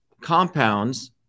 compounds